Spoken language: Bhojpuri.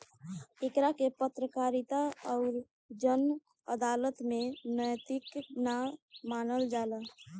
एकरा के पत्रकारिता अउर जन अदालत में नैतिक ना मानल जाला